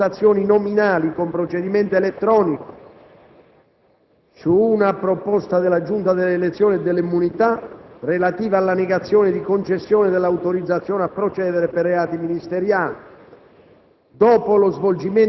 saranno effettuate le votazioni nominali con procedimento elettronico su una proposta della Giunta delle elezioni e delle immunità parlamentari relativa alla negazione di concessione dell'autorizzazione a procedere per reati ministeriali.